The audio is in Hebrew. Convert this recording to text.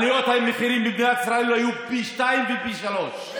עליות המחירים במדינת ישראל היו פי שניים ופי שלושה.